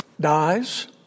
dies